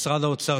משרד האוצר,